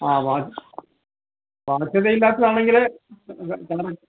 ആ ബാധ്യത ഇല്ലാത്തതാണെങ്കിൽ